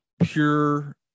pure